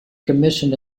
commissioned